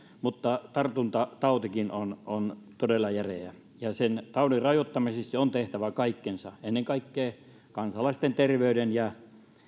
mutta tartuntatautikin on on todella järeä ja sen taudin rajoittamisessa on tehtävä kaikkensa ennen kaikkea kansalaisten terveyden ja